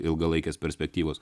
ilgalaikės perspektyvos